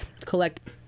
collect